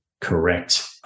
correct